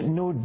no